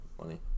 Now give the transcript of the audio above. money